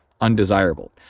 undesirable